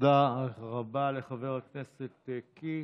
תודה רבה לחבר הכנסת קיש.